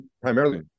primarily